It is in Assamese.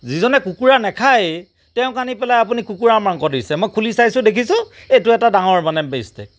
যিজনে কুকুৰা নাখায়েই তেওঁক আনি পেলাই আপুনি কুকুৰা মাংস দিছে মই খুলি চাইছোঁ দেখিছোঁ এইটো এটা ডাঙৰ মানে বেষ্টেক